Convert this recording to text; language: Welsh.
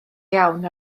iawn